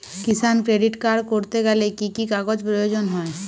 কিষান credit card করতে গেলে কি কি কাগজ প্রয়োজন হয়?